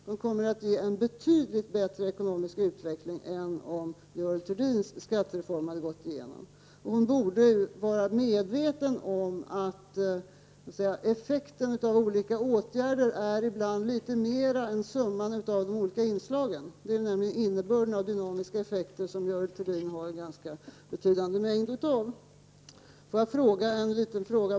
Detta kommer att innebära en betydligt bättre ekonomisk utveckling än vad som blir fallet om Görel Thurdins skattereform går igenom. Görel Thurdin borde vara medveten om att effekten av olika åtgärder ibland är litet mer än summan av de olika inslagen. Det är nämligen innebörden av dynamiska effekter vilka Görel Thurdin har en ganska betydande mängd av. Jag vill ställa en liten fråga.